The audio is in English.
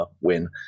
win